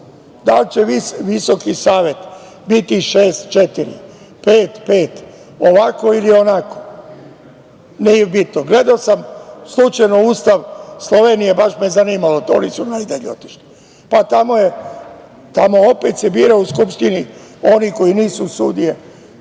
Da li će Visoki savet biti šest četiri, pet pet, ovako ili onako, nije bitno. Gledao sam slučajno Ustav Slovenije, baš me je zanimalo, oni su najdalje otišli. Tamo se opet biraju u Skupštini oni koji nisu u sudije